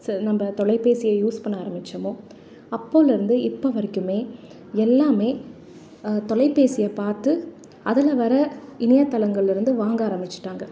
செ நம்ம தொலைபேசியை யூஸ் பண்ண ஆரம்பித்தோமோ அப்போதிலருந்து இப்போ வரைக்குமே எல்லாமே தொலைபேசியை பார்த்து அதில் வர இணையதளங்களிலருந்து வாங்க ஆரம்பிச்சுட்டாங்க